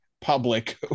public